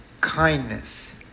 kindness